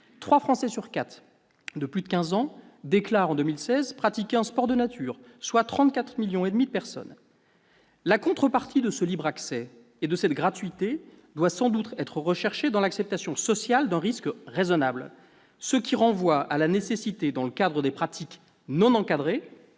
Trois Français de plus de quinze ans sur quatre déclarent, en 2016, pratiquer un sport de nature, soit 34,5 millions de personnes. La contrepartie de ce libre accès et de cette gratuité doit sans doute être recherchée dans l'acceptation sociale d'un risque raisonnable. Cela renvoie à la nécessité, dans le cadre de pratiques non encadrées,